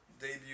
debut